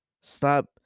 Stop